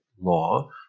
law